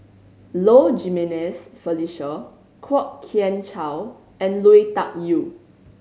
Low Jimenez Felicia Kwok Kian Chow and Lui Tuck Yew